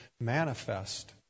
manifest